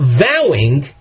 vowing